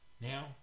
now